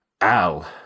Al